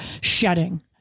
shedding